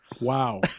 Wow